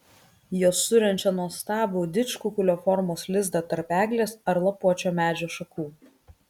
jos surenčia nuostabų didžkukulio formos lizdą tarp eglės ar lapuočio medžio šakų